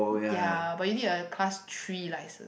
ya but you need a class three licence